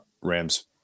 Rams